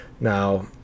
Now